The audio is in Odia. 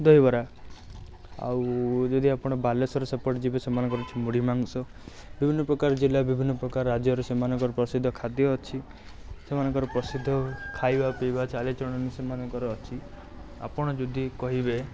ଦହିବରା ଆଉ ଯଦି ଆପଣ ବାଲେଶ୍ୱର ସେପଟେ ଯିବେ ସେମାନଙ୍କର ଚିଙ୍ଗୁଡି ମାଂସ ବିଭିନ୍ନ ପ୍ରକାର ଜିଲ୍ଲା ବିଭିନ୍ନ ପ୍ରକାର ରାଜ୍ୟରେ ସେମାନଙ୍କର ପ୍ରସିଦ୍ଧ ଖାଦ୍ୟ ଅଛି ସେମାନଙ୍କର ପ୍ରସିଦ୍ଧ ଖାଇବା ପିଇବା ଚାଲିଚଳନ ସେମାନଙ୍କର ଅଛି ଆପଣ ଯଦି କହିବେ